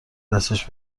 دستش